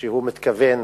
שהוא מתכוון